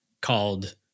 called